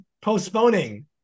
postponing